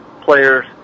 players